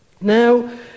Now